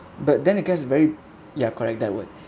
but then it gets very ya correct that word